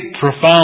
profound